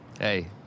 Hey